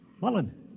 Mullen